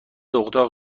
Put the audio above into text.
اتاق